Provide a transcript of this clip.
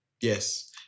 yes